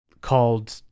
called